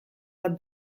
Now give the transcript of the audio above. bat